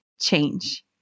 change